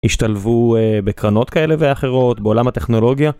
השתלבו, אה... בקרנות כאלה ואחרות, בעולם הטכנולוגיה,